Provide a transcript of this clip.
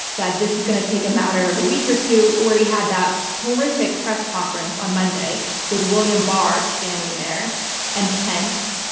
that this is going to take a matter of a week or two where he had that horrific press conference on monday with william barr standing there and pence.